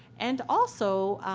and also,